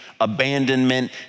abandonment